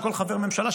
של כל חבר ממשלה,